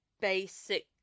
basic